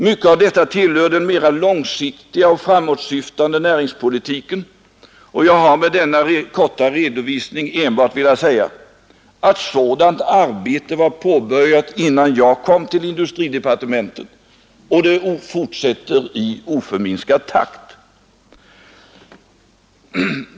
Mycket av detta tillhör den mera långsiktiga och framåtsyftande näringspolitiken, och jag har med denna korta redovisning enbart velat säga, att sådant arbete var påbörjat innan jag kom till industridepartementet, och det fortsätter i oförminskad takt.